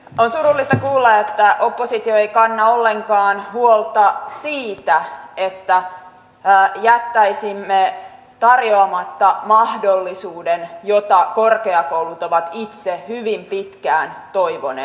on surullista kuulla että oppositio ei kanna ollenkaan huolta siitä että jättäisimme tarjoamatta mahdollisuuden jota korkeakoulut ovat itse hyvin pitkään toivoneet